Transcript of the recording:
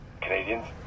Canadians